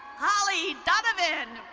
holly donovan.